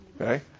Okay